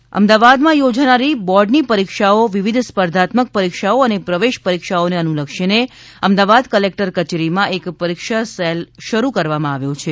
પરીક્ષા cell Ahmedabad collector અમદાવાદમાં યોજાનારી બોર્ડની પરીક્ષાઓ વિવિધ સ્પર્ધાત્મક પરીક્ષાઓ અને પ્રવેશ પરીક્ષાઓને અનુલક્ષીને અમદાવાદ કલેકટર કચેરીમાં એક પરીક્ષા સેલ શરૂ કરવામાં આવ્યો છે